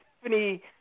Stephanie